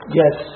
yes